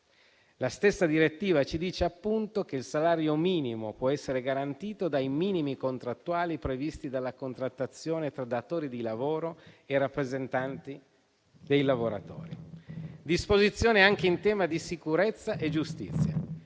La stessa direttiva ci dice che il salario minimo può essere garantito dai minimi contrattuali previsti dalla contrattazione tra datori di lavoro e rappresentanti dei lavoratori. Si introducono disposizioni anche in tema di sicurezza e giustizia,